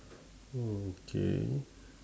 okay